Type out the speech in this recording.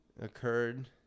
occurred